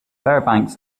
fairbanks